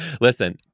Listen